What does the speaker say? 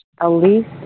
Elise